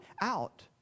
out